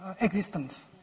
existence